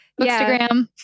Instagram